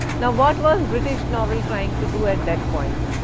now what was british novel trying to do at that point?